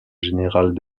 général